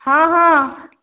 ହଁ ହଁ